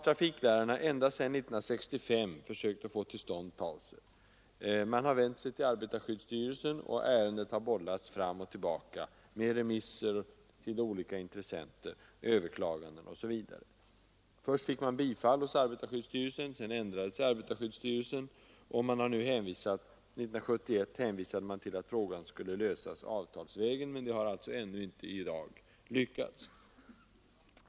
Trafiklärarna har ända sedan 1965 försökt få till stånd pauser. De har vänt sig till arbetarskyddsstyrelsen, och ärendet har bollats fram och tillbaka med remisser till olika intressenter, överklaganden osv. Först fick de bifall hos arbetarskyddsstyrelsen. Sedan ändrade styrelsen sig och hänvisade 1971 till att frågan skulle lösas avtalsvägen. Det har alltså ännu inte lyckats.